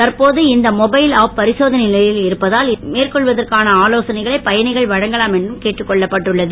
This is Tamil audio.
தற்போது இந்த மொபைல் ஆப் பரிசோதனை நிலையில் இருப்பதால் இதை மேம்படுத்துவதற்கான ஆலோசனைகளை பயணிகள் வழங்கலாம் என்றும் கேட்டுக் கொள்ளப்பட்டுள்ளது